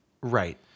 Right